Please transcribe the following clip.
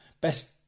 Best